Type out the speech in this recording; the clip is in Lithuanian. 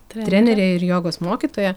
trenerė ir jogos mokytoja